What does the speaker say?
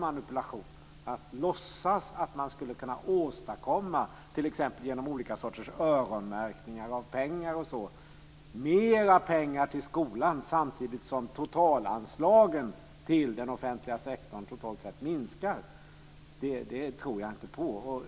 Men att man däremot, t.ex. genom olika sorters öronmärkningar av pengar, skulle kunna åstadkomma mera pengar till skolan samtidigt som totalanslagen till den offentliga sektorn minskar tror jag inte på. Där kan man verkligen tala om manipulationer.